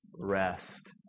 Rest